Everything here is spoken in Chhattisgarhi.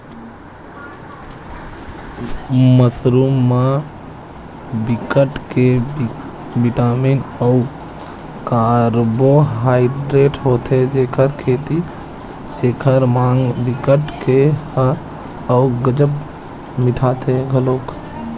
मसरूम म बिकट के बिटामिन अउ कारबोहाइडरेट होथे जेखर सेती एखर माग बिकट के ह अउ गजब मिटाथे घलोक